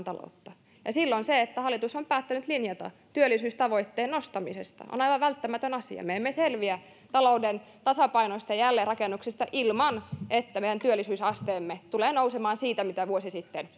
taloutta ja silloin se että hallitus on päättänyt linjata työllisyystavoitteen nostamisesta on aivan välttämätön asia me emme selviä talouden tasapainoisesta jälleenrakennuksesta ilman että meidän työllisyysasteemme tulee nousemaan siitä mitä vuosi sitten